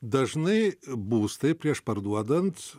dažnai būstai prieš parduodant